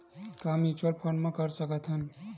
का mutual fund म कर सकत हन?